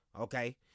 okay